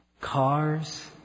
cars